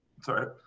Sorry